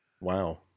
Wow